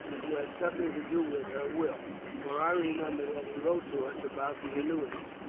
who had something to do with her will, for i remember that he wrote to us about the annuity.